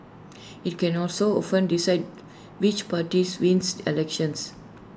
IT can also often decide which party wins elections